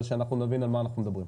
אבל שאנחנו נבין על מה אנחנו מדברים.